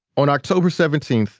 on october seventeen,